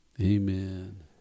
Amen